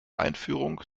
einführung